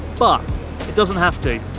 but it doesn't have to.